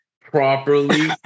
properly